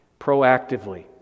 Proactively